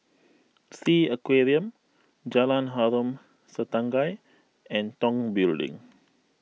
Sea Aquarium Jalan Harom Setangkai and Tong Building